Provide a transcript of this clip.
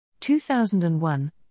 2001